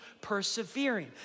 persevering